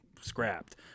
scrapped